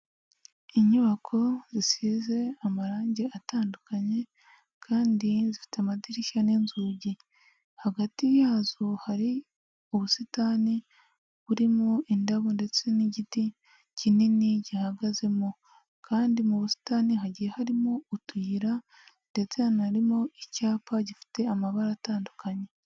Inyubako zisize amarangi atandukanye kandi zifite amadirishya n'inzugi, hagati yazo hari ubusitani burimo indabo ndetse n'igiti kinini gihagazemo. Kandi mu busitani hagiye harimo utuyira ndetse hanarimo icyapa gifite amabara atandukanye.